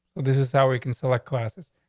this is how we can select classes.